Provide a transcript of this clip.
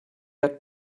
had